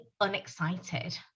unexcited